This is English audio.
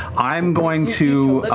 i'm going to,